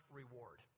reward